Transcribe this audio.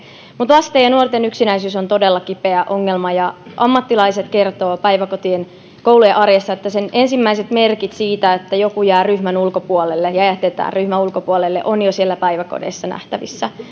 mutta lasten ja nuorten yksinäisyys on todella kipeä ongelma ja ammattilaiset kertovat päiväkotien koulujen arjessa että ensimmäiset merkit siitä että joku jää ryhmän ulkopuolelle ja jätetään ryhmän ulkopuolelle ovat jo päiväkodeissa nähtävissä